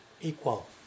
equal